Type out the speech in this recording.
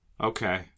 Okay